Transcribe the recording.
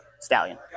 Stallion